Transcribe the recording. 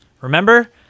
remember